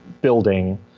building